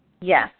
Yes